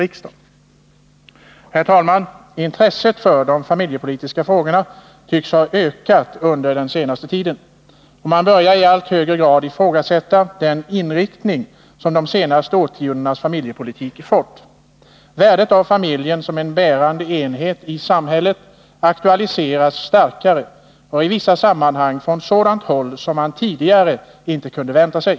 Intresset för de familjepolitiska frågorna tycks ha ökat under den senaste tiden, och man börjar i allt högre grad ifrågasätta den inriktning som de senaste årtiondenas familjepolitik fått. Värdet av familjen som en bärande enhet i samhället aktualiseras starkare och i vissa sammanhang från sådant håll som man tidigare inte kunnat vänta sig.